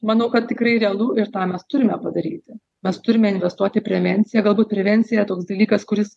manau kad tikrai realu ir tą mes turime padaryti mes turime investuoti į prevenciją galbūt prevencija yra toks dalykas kuris